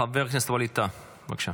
חבר הכנסת ווליד טאהא, בבקשה.